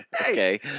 Okay